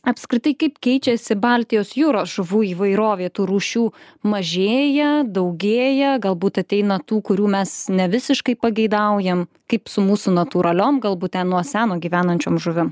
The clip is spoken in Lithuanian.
apskritai kaip keičiasi baltijos jūros žuvų įvairovė tų rūšių mažėja daugėja galbūt ateina tų kurių mes ne visiškai pageidaujam kaip su mūsų natūraliom galbūt ten nuo seno gyvenančioms žuvim